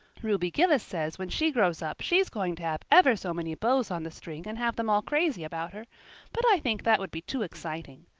ruby gillis says when she grows up she's going to have ever so many beaus on the string and have them all crazy about her but i think that would be too exciting.